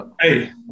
hey